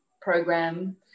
program